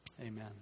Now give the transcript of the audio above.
Amen